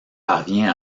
parvient